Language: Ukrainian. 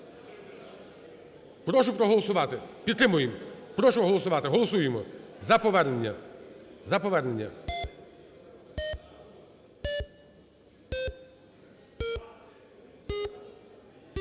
Прошу проголосувати, підтримаємо. Прошу голосувати. Голосуємо за повернення, за повернення.